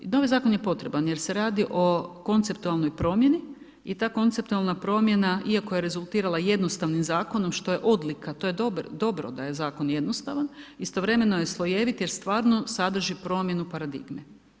Novi zakon je potreban jer se radi o konceptualnoj promjeni i ta konceptualna promjena iako je rezultirala jednostavnim zakonom što je odlika, to je dobro da je zakon jednostavan, istovremeno je slojevit jer stvarno sadrži promjenu paradigme.